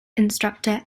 instructor